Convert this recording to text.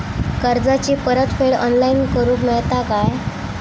कर्जाची परत फेड ऑनलाइन करूक मेलता काय?